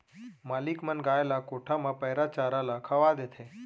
मालिक मन गाय ल कोठा म पैरा चारा ल खवा देथे